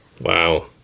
Wow